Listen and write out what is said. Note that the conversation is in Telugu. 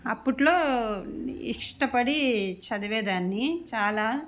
అప్పట్లో ఇష్టపడి చదివేదాన్ని చాలా